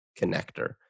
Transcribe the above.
connector